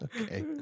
Okay